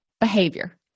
behavior